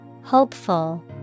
Hopeful